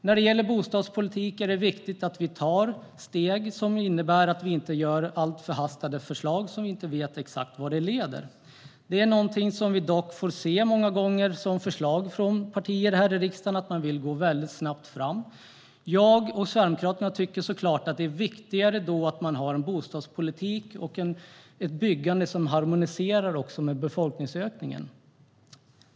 När det gäller bostadspolitik är det viktigt att vi tar steg som innebär att vi inte lägger fram förhastade förslag som vi inte vet exakt vad de leder till. Det är något som vi dock ser många gånger när det gäller förslag från partier här i riksdagen: Man vill gå väldigt snabbt fram. Jag och Sverigedemokraterna tycker att det är viktigare att man har en bostadspolitik och ett byggande som harmoniserar med befolkningsökningen.